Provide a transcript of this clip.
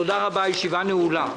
תודה רבה, הישיבה נעולה.